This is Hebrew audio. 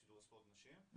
שידור ספורט הנשים.